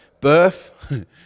birth